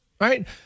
right